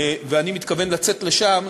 ואני מתכוון לצאת לשם.